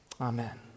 Amen